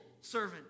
servant